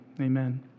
Amen